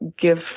give